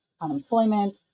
unemployment